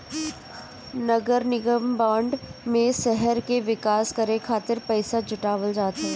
नगरनिगम बांड में शहर के विकास करे खातिर पईसा जुटावल जात हवे